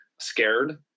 scared